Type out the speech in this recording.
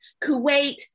Kuwait